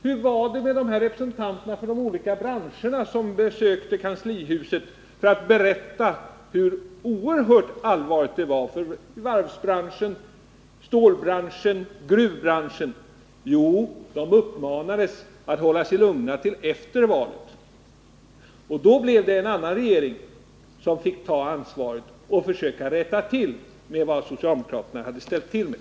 Hur var det med de representanter för olika branscher som besökte kanslihuset för att berätta hur allvarligt läget var för varvsbranschen, stålbranschen och gruvbranschen? Jo, de uppmanades att hålla sig lugna tills efter valet. Då fick en annan regering ta ansvaret och försöka rätta till vad socialdemokraterna hade ställt till med.